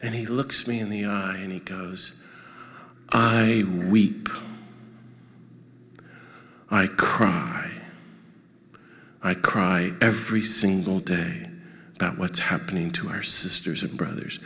and he looks me in the eye and he goes i weep i cry i cry every single day about what's happening to our sisters and brothers